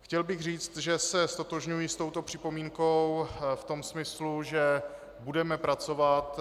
Chtěl bych říct, že se ztotožňuji s touto připomínkou v tom smyslu, že budeme pracovat